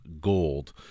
gold